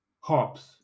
hops